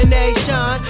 nation